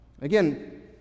Again